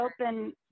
open